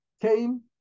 came